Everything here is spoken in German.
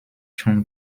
schon